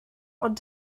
ond